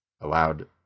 allowed